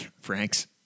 Frank's